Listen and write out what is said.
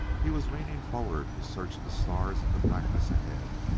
he was leaning forward to search the stars in the blackness ahead,